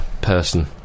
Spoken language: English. person